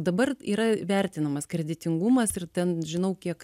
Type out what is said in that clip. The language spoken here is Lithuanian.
dabar yra vertinamas kreditingumas ir ten žinau kiek